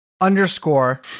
underscore